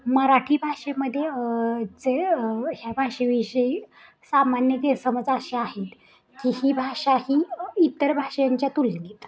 मराठी भाषेमध्ये जे ह्या भाषेविषयी सामान्य गैरसमज असे आहेत की ही भाषा ही इतर भाषेंच्या तुलनेत